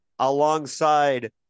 alongside